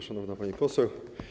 Szanowna Pani Poseł!